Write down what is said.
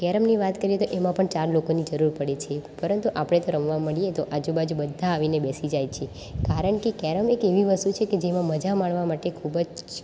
કેરમની વાત કરીએ તો એમાં પણ ચાર લોકોની જરૂર પડે છે પરંતુ આપણે તો રમવા માંડીએ તો આજુબાજુ બધા આવીને બેસી જાય છે કારણ કે કેરમ એક એવી વસ્તુ છે કે જેમાં મજા માણવા માટે ખૂબ જ